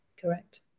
Correct